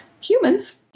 Humans